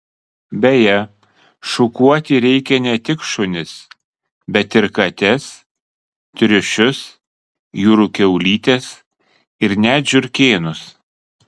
beje šukuoti reikia ne tik šunis bet ir kates triušius jūrų kiaulytes ir net žiurkėnus